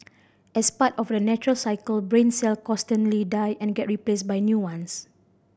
as part of a natural cycle brain cell constantly die and get replaced by new ones